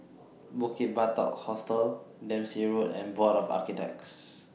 Bukit Batok Hostel Dempsey Road and Board of Architects